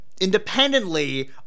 independently